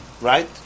Right